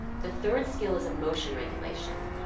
the third skill is emotion regulation.